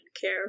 care